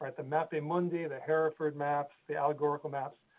but the mapping monday the hereford maps the allegorical maps.